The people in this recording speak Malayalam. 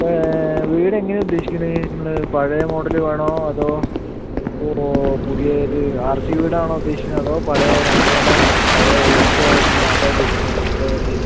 വീട് എങ്ങനെയാണ് ഉദ്ദേശിക്കണ് നിങ്ങള് പഴയ മോഡല് വേണോ അതോ ഓ പുതിയ ഒരു ആർസി വീട് ആണോ ഉദ്ദേശിക്കുന്നെ അതോ പഴയ രണ്ട് നില പഴയ ഓട് ഇട്ട എങ്ങനെ അതാ ഉദ്ദേശിക്കുന്നത് ഏതാ വേണ്ടെ